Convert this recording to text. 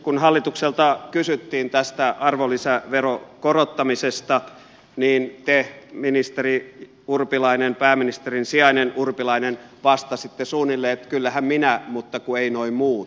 kun hallitukselta kysyttiin tästä arvonlisäveron korottamisesta niin te ministeri urpilainen pääministerin sijainen urpilainen vastasitte suunnilleen niin että kyllähän minä mutta kun ei noi muut